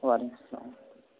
وعلیکم السلام